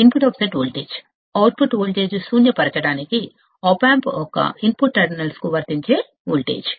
input offset voltage output voltage ను శూన్యం చేయడానికి ఆప్ ఆంప్ యొక్క ఇన్పుట్ టెర్మినల్స్ కు వర్తించే వోల్టేజ్